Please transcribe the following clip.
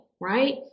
Right